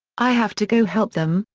i have to go help them,